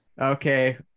Okay